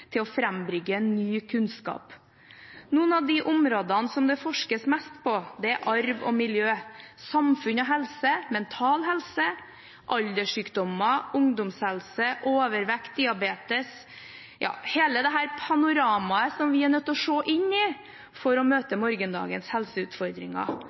til å frambringe ny kunnskap. Noen av de områdene som det forskes mest på, er arv og miljø, samfunn og helse, mental helse, alderssykdommer, ungdomshelse, overvekt, diabetes – ja, hele dette panoramaet som vi er nødt til å se inn i for å